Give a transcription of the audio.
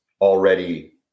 already